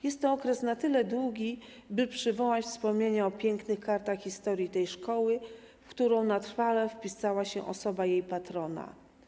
Jest to okres na tyle długi, by przywołać wspomnienia o pięknych kartach historii tej szkoły, w którą na trwale wpisała się osoba jej patrona.